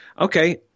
okay